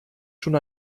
schon